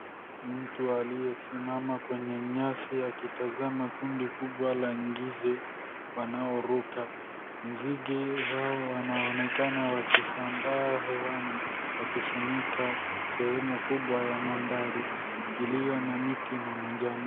Mtu aliyesimama kwenye nyasi akitazama kundi kubwa la nzige wanaoruka. Nzige hao wanaonekana wakisambaa hewani wakifunika sehemu kubwa ya mandhari iliyo na miti na majani.